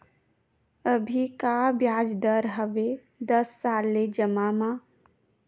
अभी का ब्याज दर हवे दस साल ले जमा मा?